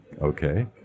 okay